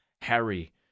Harry